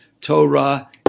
Torah